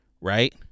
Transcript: right